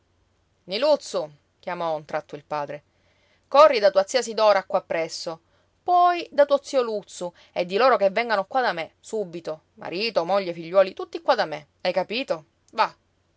niluzzu chiamò a un tratto il padre corri da tua zia sidora qua presso poi da tuo zio luzzu e di loro che vengano qua da me subito marito moglie figliuoli tutti qua da me hai capito va